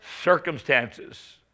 Circumstances